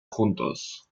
juntos